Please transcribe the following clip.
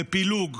בפילוג,